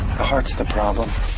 heart the problem